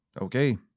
Okay